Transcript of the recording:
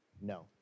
No